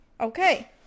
Okay